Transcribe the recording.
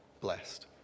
blessed